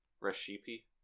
Recipe